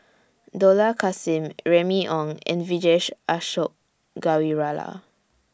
Dollah Kassim Remy Ong and Vijesh Ashok Ghariwala